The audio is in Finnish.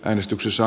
äänestyksessä